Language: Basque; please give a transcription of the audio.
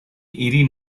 hiri